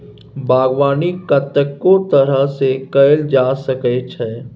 बागबानी कतेको तरह सँ कएल जा सकै छै